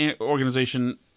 Organization